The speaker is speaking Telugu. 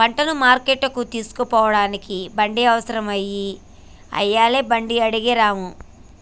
పంటను మార్కెట్టుకు తోలుకుపోడానికి బండి అవసరం అయి ఐలయ్య బండి అడిగే రాము